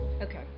Okay